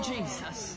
Jesus